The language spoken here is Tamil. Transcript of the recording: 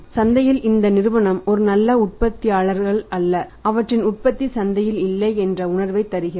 சந்தையில் இந்த நிறுவனம் ஒரு நல்ல உற்பத்தியாளர்கள் அல்ல அவற்றின் உற்பத்தி சந்தையில் இல்லை என்ற உணர்வைத் தருகிறது